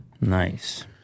nice